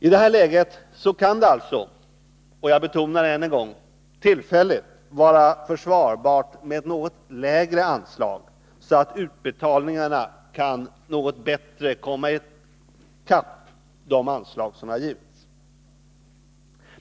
I detta läge kan det alltså — jag betonar än en gång - tillfälligt vara försvarbart med ett något lägre anslag, så att utbetalningarna något bättre kan komma i kapp de anslag som har givits.